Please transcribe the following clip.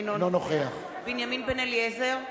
אינו נוכח בנימין בן-אליעזר,